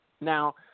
Now